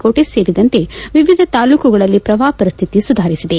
ಕೋಟೆ ಸೇರಿದಂತೆ ವಿವಿಧ ತಾಲ್ಲೂಕುಗಳಲ್ಲಿ ಪ್ರವಾಹ ಪರಿಸ್ಟಿತಿ ಸುಧಾರಿಸಿದೆ